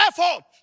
effort